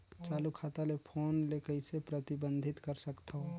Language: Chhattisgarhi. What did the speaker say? चालू खाता ले फोन ले कइसे प्रतिबंधित कर सकथव?